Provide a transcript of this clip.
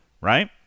right